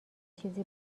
چیزی